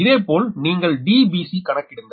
இதேபோல் நீங்கள் Dbc கணக்கிடுங்கள்